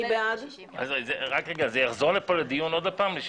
יחזור לכאן שוב לדיון?